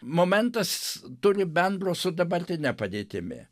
momentas turi bendro su dabartine padėtimi